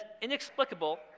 inexplicable